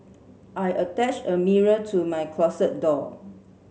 I attached a mirror to my closet door